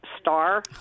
star